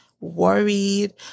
worried